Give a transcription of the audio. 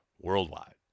worldwide